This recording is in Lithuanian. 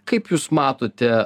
kaip jūs matote